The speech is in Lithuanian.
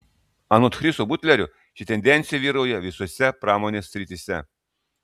anot chriso butlerio ši tendencija vyrauja visose pramonės srityse